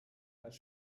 als